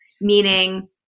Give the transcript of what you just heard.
Meaning